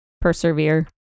persevere